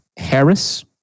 harris